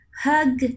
Hug